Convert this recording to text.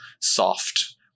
soft